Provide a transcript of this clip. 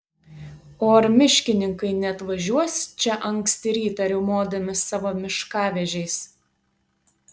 o ar miškininkai neatvažiuos čia anksti rytą riaumodami savo miškavežiais